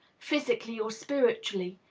physically or spiritually,